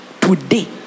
today